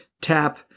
tap